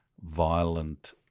violent